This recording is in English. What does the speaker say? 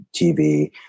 TV